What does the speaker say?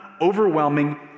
overwhelming